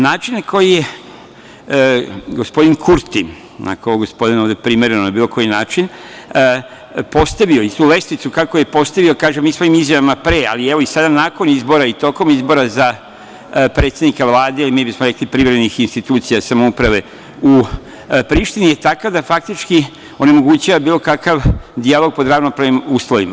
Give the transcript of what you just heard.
Način na koji je gospodin Kurti, ako je ovo gospodin ovde primereno na bilo koji način, postavio i tu lestvicu, kako je postavio i u svojim izjavama pre, ali evo i sada nakon izbora i tokom izbora za predsednika vlade, a mi bismo rekli privremenih institucija samouprave u Prištini, je takav da faktički onemogućava bilo kakav dijalog pod ravnopravnim uslovima.